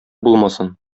булмасын